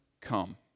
come